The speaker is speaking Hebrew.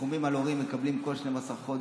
ניחומים על הורים מקבלים כל 12 חודש.